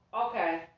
okay